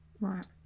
Right